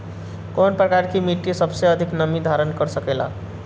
कौन प्रकार की मिट्टी सबसे अधिक नमी धारण कर सकेला?